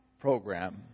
program